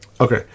Okay